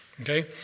Okay